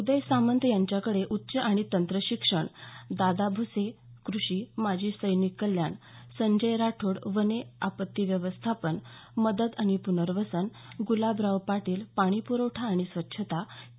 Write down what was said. उदय सामंत यांच्याकडे उच्च आणि तंत्र शिक्षण दादा भुसे कृषि माजी सैनिक कल्याण संजय राठोड वने आपत्ती व्यवस्थापन मदत आणि पुनर्वसन गुलाबराव पाटील पाणी पुरवठा आणि स्वच्छता के